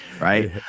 right